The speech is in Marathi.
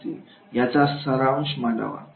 याचा सारांश मांडावा